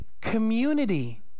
community